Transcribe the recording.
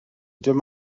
dim